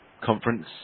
conference